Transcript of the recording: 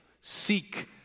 seek